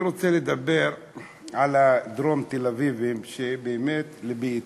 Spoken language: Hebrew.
אני רוצה לדבר על הדרום תל-אביבים, שבאמת לבי אתם.